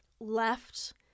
left